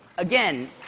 again,